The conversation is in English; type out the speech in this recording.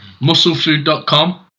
Musclefood.com